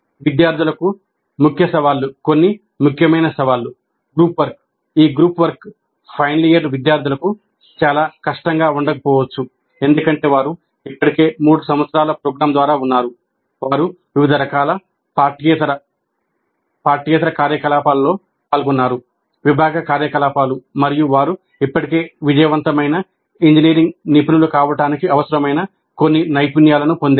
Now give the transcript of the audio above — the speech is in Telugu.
విద్యార్థులకు ముఖ్య సవాళ్లు గ్రూప్ వర్క్ ఈ గ్రూప్ వర్క్ ఫైనల్ ఇయర్ విద్యార్థులకు చాలా కష్టంగా ఉండకపోవచ్చు ఎందుకంటే వారు ఇప్పటికే 3 సంవత్సరాల ప్రోగ్రాం ద్వారా ఉన్నారు వారు వివిధ రకాల పాఠ్యేతర పాఠ్యేతర కార్యకలాపాల్లో పాల్గొన్నారు విభాగ కార్యకలాపాలు మరియు వారు ఇప్పటికే విజయవంతమైన ఇంజనీరింగ్ నిపుణులు కావడానికి అవసరమైన కొన్ని నైపుణ్యాలను పొందారు